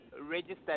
registered